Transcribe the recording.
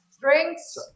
Drinks